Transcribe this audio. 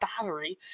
battery